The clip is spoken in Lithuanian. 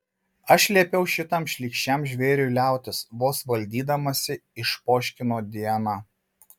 aš liepiau šitam šlykščiam žvėriui liautis vos valdydamasi išpoškino diana